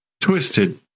Twisted